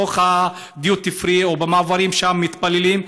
בתוך הדיוטי פרי או במעברים שם מתפללים.